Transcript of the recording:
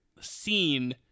scene